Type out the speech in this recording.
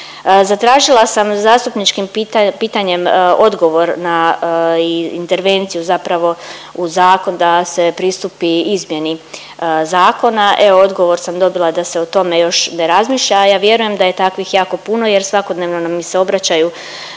Zatražila sam zastupničkim pitanjem odgovor na intervenciju zapravo u zakon da se pristupi izmjeni zakona, e odgovor sam dobila da se o tome još ne razmišlja, a ja vjerujem da je takvih jako puno jer svakodnevno mi se obraćaju